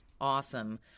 awesome